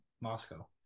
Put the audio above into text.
Moscow